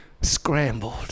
scrambled